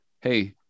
hey